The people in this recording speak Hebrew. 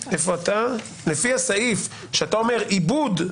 לפי הסעיף, אתה אומר: עיבוד.